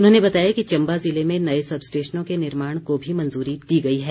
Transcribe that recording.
उन्होंने बताया कि चम्बा ज़िले में नए सबस्टेशनों के निर्माण को भी मंजूरी दी गई है